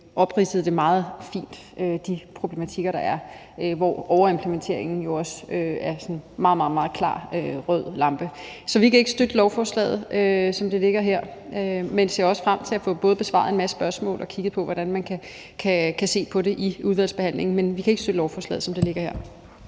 opridsede de problematikker, der er, og hvor overimplementeringen jo også får en rød lampe til at lyse meget klart. Så vi kan ikke støtte lovforslaget, som det ligger her, men ser også frem til både at få besvaret en masse spørgsmål og få kigget på det i udvalgsbehandlingen. Men vi kan ikke støtte lovforslaget, som det ligger her.